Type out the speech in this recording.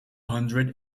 hundred